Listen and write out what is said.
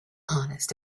honest